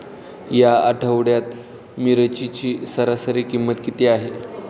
या आठवड्यात मिरचीची सरासरी किंमत किती आहे?